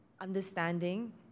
understanding